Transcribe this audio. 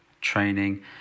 training